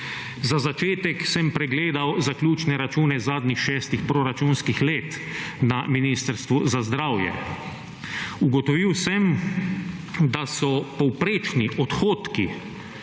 Za začetek sem pregledal zaključne račune zadnjih šestih proračunskih let na Ministrstvu za zdravje. Ugotovil sem, da so povprečni odhodki